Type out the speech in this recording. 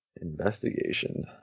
investigation